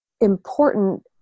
important